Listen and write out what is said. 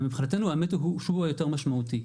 והאמת שהוא מבחינתנו יותר משמעותי.